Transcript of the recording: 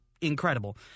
incredible